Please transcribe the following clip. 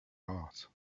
heart